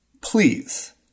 please